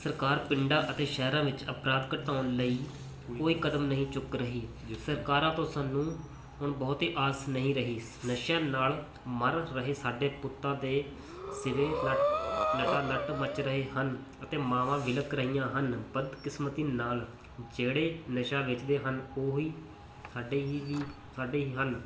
ਸਰਕਾਰ ਪਿੰਡਾਂ ਅਤੇ ਸ਼ਹਿਰਾਂ ਵਿੱਚ ਅਪਰਾਧ ਘਟਾਉਣ ਲਈ ਕੋਈ ਕਦਮ ਨਹੀਂ ਚੁੱਕ ਰਹੀ ਸਰਕਾਰਾਂ ਤੋਂ ਸਾਨੂੰ ਹੁਣ ਬਹੁਤੀ ਆਸ ਨਹੀਂ ਰਹੀ ਨਸ਼ਿਆਂ ਨਾਲ ਮਰ ਰਹੇ ਸਾਡੇ ਪੁੱਤਾਂ ਦੇ ਸਿਵੇ ਲਟਾ ਲਟ ਮੱਚ ਰਹੇ ਹਨ ਅਤੇ ਮਾਵਾਂ ਵਿਲਕ ਰਹੀਆਂ ਹਨ ਬਦਕਿਸਮਤੀ ਨਾਲ ਜਿਹੜੇ ਨਸ਼ਾ ਵੇਚਦੇ ਹਨ ਉਹ ਹੀ ਸਾਡੇ ਹੀ ਵੀ ਸਾਡੇ ਹੀ ਹਨ